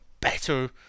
better